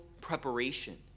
preparation